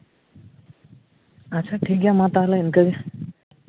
ᱟᱪᱪᱷᱟ ᱴᱷᱤᱠ ᱜᱮᱭᱟ ᱢᱟ ᱛᱟᱦᱞᱮ ᱤᱱᱠᱟᱹ ᱜᱮ